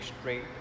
straight